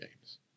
games